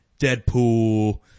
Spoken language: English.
Deadpool